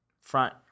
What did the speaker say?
Front